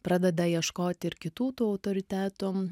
pradeda ieškoti ir kitų tų autoritetų